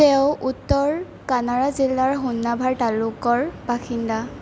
তেওঁ উত্তৰ কানাড়া জিলাৰ হোন্নাভাৰ তালুকৰ বাসিন্দা